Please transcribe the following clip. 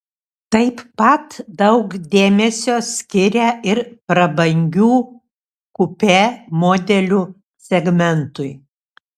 taip pat daug dėmesio skiria ir prabangių kupė modelių segmentui